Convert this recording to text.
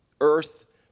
earth